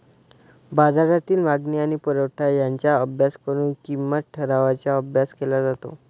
बाजारातील मागणी आणि पुरवठा यांचा अभ्यास करून किंमत ठरवण्याचा अभ्यास केला जातो